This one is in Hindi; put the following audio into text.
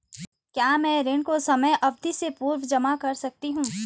क्या मैं ऋण को समयावधि से पूर्व जमा कर सकती हूँ?